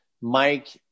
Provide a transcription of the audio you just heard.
Mike